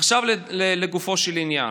עכשיו לגופו של עניין.